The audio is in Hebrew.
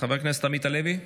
חבר הכנסת עמית הלוי,